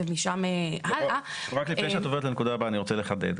ומשם הלאה --- לפני כן אני רוצה לחדד,